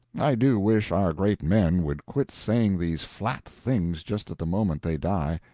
i do wish our great men would quit saying these flat things just at the moment they die.